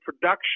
production